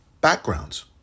backgrounds